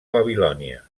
babilònia